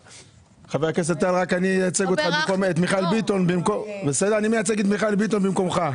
חבר הכנסת טל, אני מייצג את מיכאל ביטון במקומך.